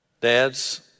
Dad's